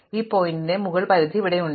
അതിനാൽ ഈ പോയിന്റർ മുകളിലെ പരിധി ഇവിടെയുണ്ട്